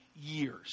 years